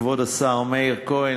כבוד השר מאיר כהן,